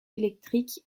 électrique